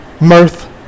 mirth